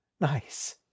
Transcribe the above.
nice